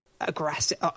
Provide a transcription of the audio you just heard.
aggressive